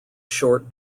short